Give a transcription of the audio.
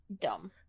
dumb